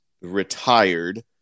retired